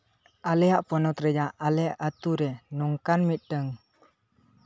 ᱟᱞᱮᱭᱟᱜ ᱯᱚᱱᱚᱛ ᱨᱮᱭᱟᱜ ᱟᱞᱮᱭᱟᱜ ᱟᱹᱛᱩᱨᱮ ᱱᱚᱝᱠᱟᱱ ᱢᱤᱫᱴᱟᱹᱱ